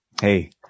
hey